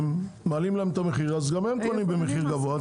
מעלים להם את המחיר, אז גם הם קונים במחיר גבוה.